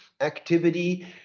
activity